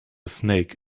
snake